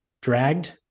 dragged